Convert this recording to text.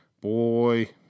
boy